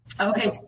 Okay